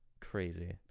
Crazy